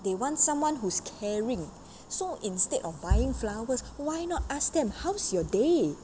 they want someone who's caring so instead of buying flowers why not ask them how's your day